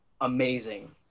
amazing